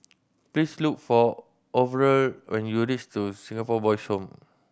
please look for Orval when you reach to Singapore Boys' Home